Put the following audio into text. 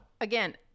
again